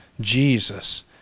Jesus